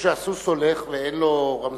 כשהסוס הולך ואין לו רמזורים,